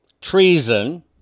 treason